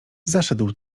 zaszedł